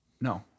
no